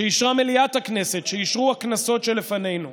שאישרה מליאת הכנסת, שאישרו הכנסות שלפנינו.